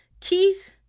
Keith